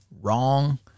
wrong